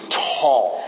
tall